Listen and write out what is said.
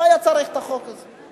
לא היה צריך את החוק הזה.